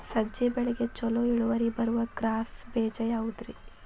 ಸಜ್ಜೆ ಬೆಳೆಗೆ ಛಲೋ ಇಳುವರಿ ಬರುವ ಕ್ರಾಸ್ ಬೇಜ ಯಾವುದ್ರಿ?